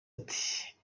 ati